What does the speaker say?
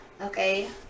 Okay